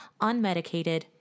unmedicated